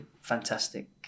fantastic